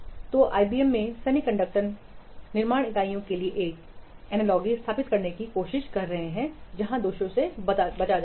तो आईबीएम में वे सेमीकंडक्टर निर्माण इकाइयों के लिए एक सिमिलरिटी स्थापित करने की कोशिश कर रहे थे जहां दोषों से बचा जाता है